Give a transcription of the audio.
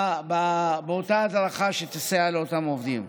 באותה הדרכה שתסייע לאותם עובדים.